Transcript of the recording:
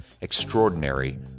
Extraordinary